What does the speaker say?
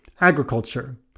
Agriculture